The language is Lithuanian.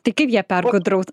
tik kaip ją pergudraut